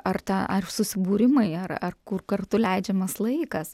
ar ta ar susibūrimai ar ar kur kartu leidžiamas laikas